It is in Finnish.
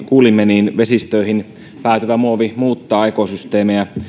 kuulimme vesistöihin päätyvä muovi muuttaa ekosysteemejä